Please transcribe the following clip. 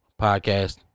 Podcast